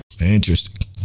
Interesting